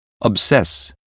obsess